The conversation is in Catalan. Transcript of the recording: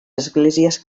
esglésies